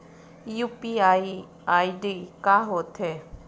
UPI ID का होथे?